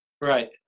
right